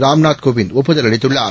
ராம்நாத் கோவிந்த் ஒப்புதல் அளித்துள்ளார்